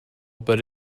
but